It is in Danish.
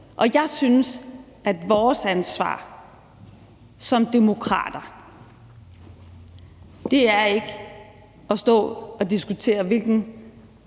at det er vores ansvar som demokrater at stå og diskutere, hvilken